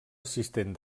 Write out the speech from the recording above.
assistent